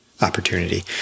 opportunity